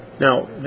now